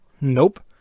Nope